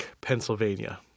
Pennsylvania